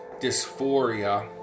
dysphoria